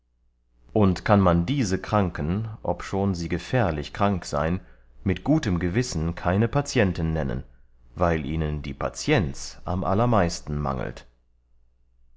und kann man diese kranken obschon sie gefährlich krank sein mit gutem gewissen keine patienten nennen weil ihnen die patienz am allermeisten mangelt